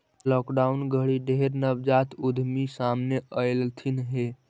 lockdown घरी ढेर नवजात उद्यमी सामने अएलथिन हे